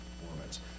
Performance